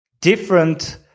different